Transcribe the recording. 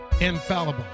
infallible